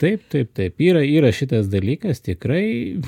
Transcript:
taip taip taip yra yra šitas dalykas tikrai